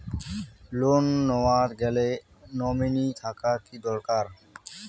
Loan নেওয়ার গেলে nominee থাকা কি দরকারী?